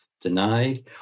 denied